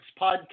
podcast